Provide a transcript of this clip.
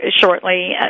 shortly